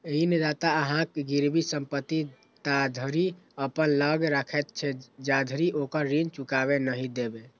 ऋणदाता अहांक गिरवी संपत्ति ताधरि अपना लग राखैत छै, जाधरि ओकर ऋण चुका नहि देबै